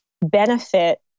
benefit